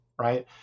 Right